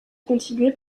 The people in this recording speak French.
continuaient